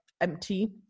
empty